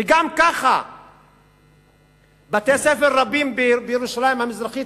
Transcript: וגם ככה בתי-ספר רבים בירושלים המזרחית